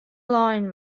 lein